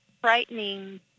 frightening